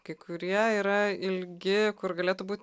kai kurie yra ilgi kur galėtų būt